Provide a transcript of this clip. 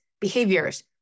behaviors